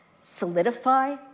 solidify